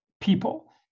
people